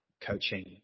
coaching